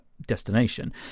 destination